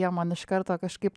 jie man iš karto kažkaip